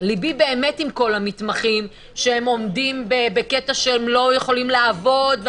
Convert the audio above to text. ליבי באמת עם כל המתמחים שהם עומדים בקטע שהם לא יכולים לעבוד.